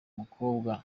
mukobwa